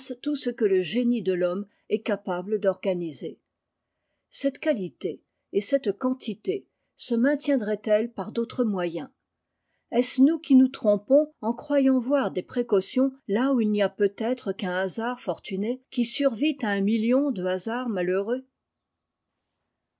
tout ce que lo génie de thomme est capable d'organiser cette qualité et cette quantité se maintiendraient elles par d'autres moyens est-ce nous qui nous trompons en croyant voir des précautions là où il n'y a peut-être qu'un hasard fortuné qui survit i un million de hasards malheureux